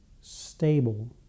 stable